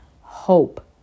Hope